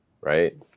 Right